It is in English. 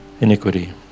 Iniquity